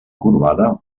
corbada